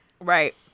right